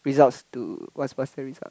results to what's what's the result